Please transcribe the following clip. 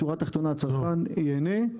בשורה תחתונה הצרכן ייהנה מזה.